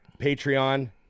Patreon